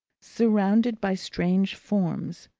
surrounded by strange forms,